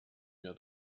mir